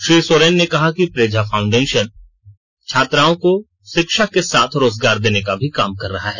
श्री सोरेन ने कहा कि प्रेझा फाउंडेशन छात्राओं को शिक्षा के साथ रोजगार देने का भी काम कर रहा है